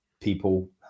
people